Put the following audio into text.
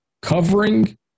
covering